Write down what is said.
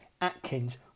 Atkins